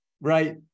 right